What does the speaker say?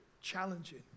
challenging